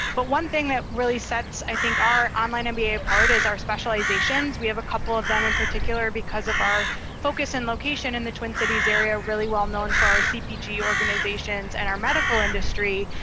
but one thing that really sets, i think our online mba apart, is our specializations. we have a couple of them, in particular, because of our focus in location in the twin cities area, really well known for our cpg organizations and our medical industry,